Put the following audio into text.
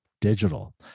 digital